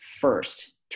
first